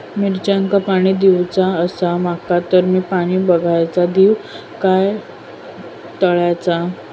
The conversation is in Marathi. मिरचांका पाणी दिवचा आसा माका तर मी पाणी बायचा दिव काय तळ्याचा?